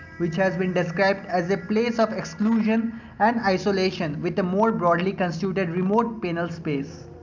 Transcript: which has been described as the place of exclusion and isolation with a more broadly constituted remote penal space.